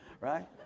right